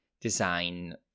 design